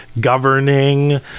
governing